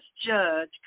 judge